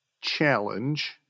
challenge